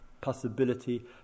possibility